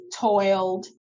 toiled